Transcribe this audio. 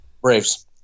braves